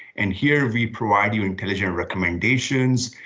and here we provide you intelligent recommendations,